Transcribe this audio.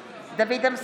(קוראת בשמות חברי הכנסת) דוד אמסלם,